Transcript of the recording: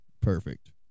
perfect